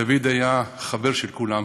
דוד היה חבר של כולם,